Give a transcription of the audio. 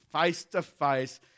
face-to-face